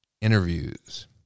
interviews